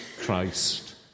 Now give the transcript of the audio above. Christ